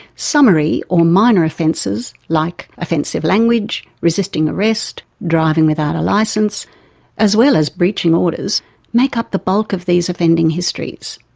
summary or minor offences like offensive language, resisting arrest, driving without a licence as well as breaching orders make up the bulk of these offending histories.